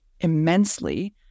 immensely